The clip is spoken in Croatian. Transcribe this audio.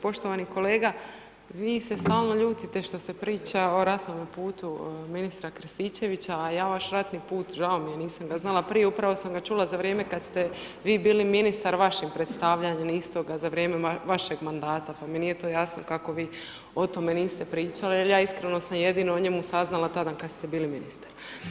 Poštovani kolega, vi se stalno ljutite što se priča o ratnom putu ministra Krstičevića, a ja vaš ratni put, žao mi je, nisam ga znala prije, upravo sam ga čula za vrijeme kad ste vi bili ministar vašim predstavljanjem istoga za vrijeme vašeg mandata, pa mi nije to jasno kako vi o tome niste pričali jel ja iskreno sam jedino o njemu saznala tada kad ste bili ministar.